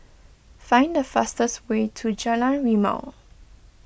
find the fastest way to Jalan Rimau